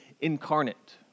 incarnate